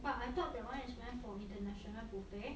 but I thought that one is meant for international buffet